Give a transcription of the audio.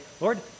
Lord